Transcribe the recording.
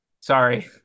sorry